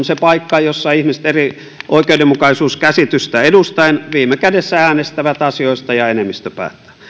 se paikka jossa ihmiset eri oikeudenmukaisuuskäsitystä edustaen viime kädessä äänestävät asioista ja enemmistö päättää